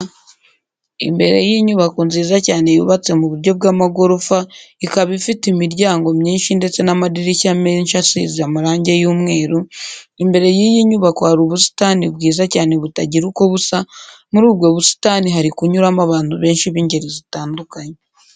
Imbere y'inyubako nziza cyane yubatse mu buryo bw'amagorofa, ikaba ifite imiryango myinshi ndetse n'amadirishya menshi asize amarange y'umweru, imbere y'iyi nyubako hari ubusitani bwiza cyane butagira uko busa, muri ubwo busitani hari kunyuramo abantu benshi b'ingeri zitandukanye.